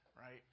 Right